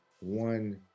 one